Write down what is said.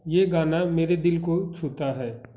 यह गाना मेरे दिल को छूता है